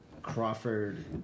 Crawford